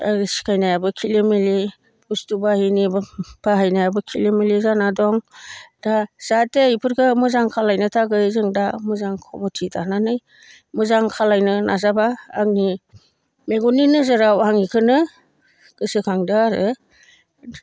सिखायनायाबो खेलि मिलि बुस्थु बाहिनि बाहायनायाबो खेलि मिलि जाना दं दा जाहाथे बेफोरखौ मोजां खालामनो थाखाय जों दा मोजां कमिटि दानानै मोजां खालामनो नाजाबा आंनि मेगननि नोजोराव आं बेखौनो गोसोखांदों आरो